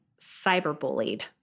cyberbullied